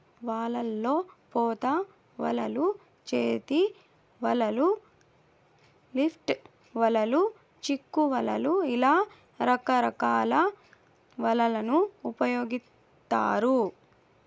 వలల్లో పోత వలలు, చేతి వలలు, లిఫ్ట్ వలలు, చిక్కు వలలు ఇలా రకరకాల వలలను ఉపయోగిత్తారు